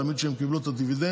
תמיד כשהן קיבלו את הדיבידנד,